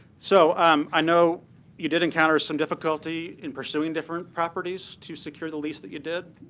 so um i know you did encounter some difficulty in pursuing different properties to secure the lease that you did.